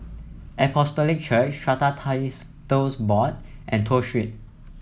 Apostolic Church Strata Board and Toh Street